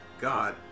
God